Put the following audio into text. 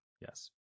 Yes